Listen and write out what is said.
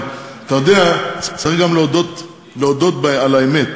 אבל אתה יודע, צריך גם להודות על האמת.